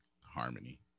Harmony